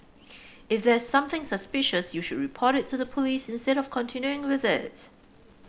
if there's something suspicious you should report it to the police instead of continuing with it